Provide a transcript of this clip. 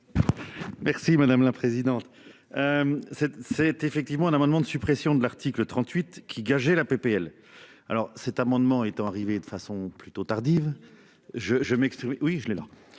Merci madame la présidente. C'est c'est effectivement un amendement de suppression de l'article 38 qui gager la PPL alors cet amendement étant arrivé de façon plutôt tardive. Je je m'exprimer. Oui je l'ai là.